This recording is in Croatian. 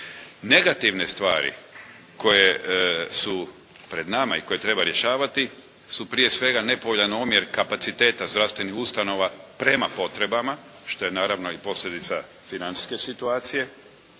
Negativne stvari koje su pred nama i koje treba rješavati su prije svega nepovoljan omjer kapaciteta zdravstvenih ustanova prema potrebama što je naravno i posljedica financijske situacije,